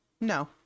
no